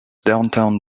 downtown